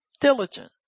diligent